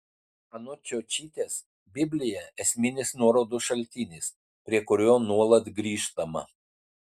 anot čiočytės biblija esminis nuorodų šaltinis prie kurio nuolat grįžtama